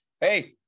hey